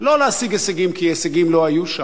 לא להשיג הישגים, כי הישגים לא היו שם,